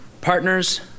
partners